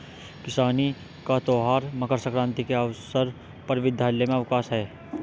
किसानी का त्यौहार मकर सक्रांति के अवसर पर विद्यालय में अवकाश है